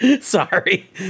sorry